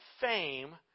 fame